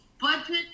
budget